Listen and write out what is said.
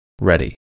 ready